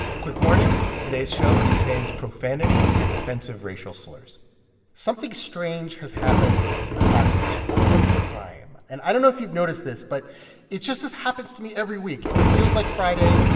quick warning today's show contains profanity and offensive racial slurs something strange has happened to the passage of time. and i don't know if you've noticed this, but it's just this happens to me every week. it feels like friday.